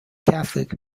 catholic